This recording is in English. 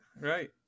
Right